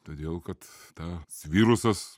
todėl kad tas virusas